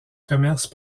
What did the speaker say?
commerce